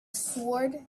sword